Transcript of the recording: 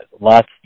lots